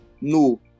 no